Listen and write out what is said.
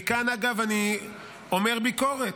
מכאן אגב אני אומר ביקורת: